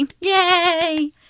Yay